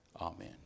Amen